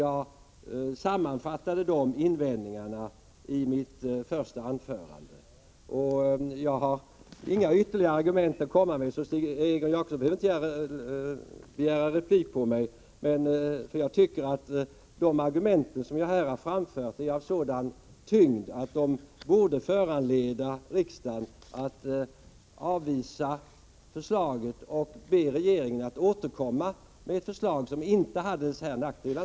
Jag sammanfattade dessa invändningar i mitt första anförande. Jag har inga ytterligare argument att komma med, så Egon Jacobsson behöver inte begära replik, men jag tycker att de argument som jag har framfört är av sådan tyngd att de borde föranleda riksdagen att avvisa lagförslaget och be regeringen att återkomma med ett förslag som inte hade dessa nackdelar.